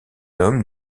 homme